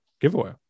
giveaway